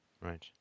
right